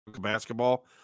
basketball